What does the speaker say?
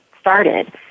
started